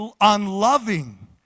unloving